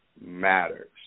matters